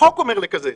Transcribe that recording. החוק אומר לקזז,